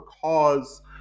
cause